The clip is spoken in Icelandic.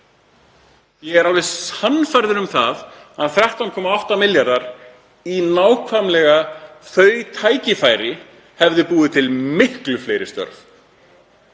ég er alveg sannfærður um að 13,8 milljarðar í nákvæmlega þau tækifæri hefðu búið til miklu fleiri störf.